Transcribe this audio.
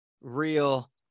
real